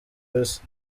isi